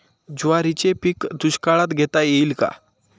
ज्वारीचे पीक दुष्काळात घेता येईल का?